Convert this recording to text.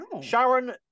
Sharon